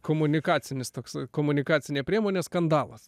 komunikacinis toks komunikacinė priemonė skandalas